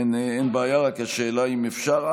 אין בעיה, רק השאלה, אם אפשר.